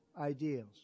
ideals